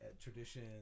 tradition